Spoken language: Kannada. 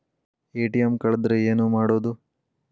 ಎ.ಟಿ.ಎಂ ಕಳದ್ರ ಏನು ಮಾಡೋದು?